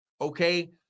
okay